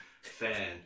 fan